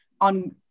on